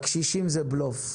הקשישים זה בלוף.